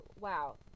wow